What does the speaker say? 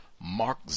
Mark